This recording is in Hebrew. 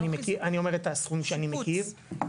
אני אומר את הסכום שאני מכיר.